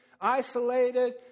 isolated